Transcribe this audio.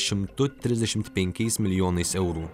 šimtu trisdešimt penkiais milijonais eurų